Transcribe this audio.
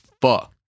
fuck